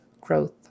Growth